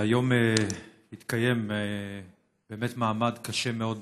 היום התקיים באמת מעמד קשה מאוד בכנסת,